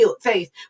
faith